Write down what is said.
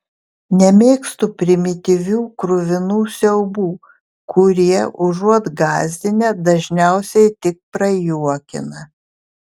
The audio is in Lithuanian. nemėgstu primityvių kruvinų siaubų kurie užuot gąsdinę dažniausiai tik prajuokina